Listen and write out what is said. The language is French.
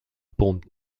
pond